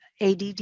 ADD